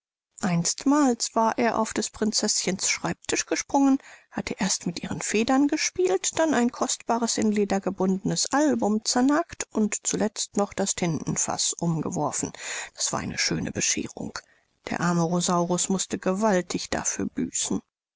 einstmals war er auf des prinzeßchens schreibtisch gesprungen hatte erst mit ihren federn gespielt dann ein kostbares in leder gebundenes album zernagt und zuletzt noch das tintefaß umgeworfen das war eine schöne bescherung der arme rosaurus mußte gewaltig dafür büßen